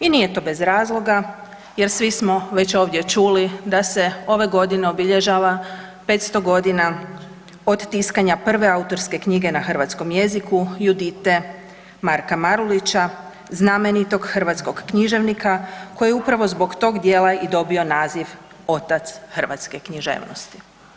I nije to bez razloga jer svi smo već čuli da se ove godine obilježava 500 godina od tiskanja prve autorske knjige na hrvatskom jeziku „Judite“ Marka Marulića, znamenitog hrvatskog književnika koji je upravo zbog tog djela i dobio naziv „Otac hrvatske književnosti“